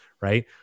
right